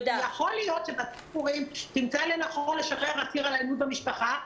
יכול להיות שוועדת שחרורים תמצא לנכון לשחרר אסיר על אלימות במשפחה,